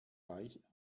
reich